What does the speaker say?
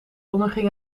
onderging